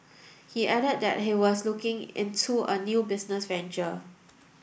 he added that he was looking into a new business venture